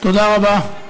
תודה רבה.